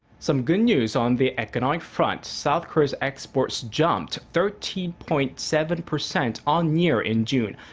some good news on the economic front. south korea's exports jumped thirteen point seven percent on-year in june.